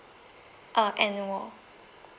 uh annual